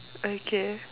okay